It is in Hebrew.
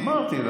אמרתי,